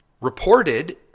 reported